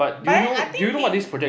but then I think he he